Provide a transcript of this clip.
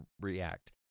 react